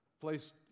place